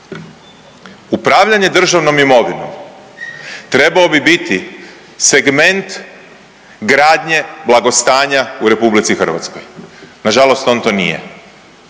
Upravljanje državnom imovinom trebao bi biti segment gradnje blagostanja u RH. Nažalost on to nije,